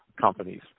companies